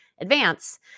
advance